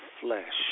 flesh